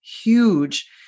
huge